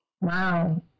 Wow